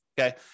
okay